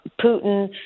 Putin